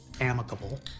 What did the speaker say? amicable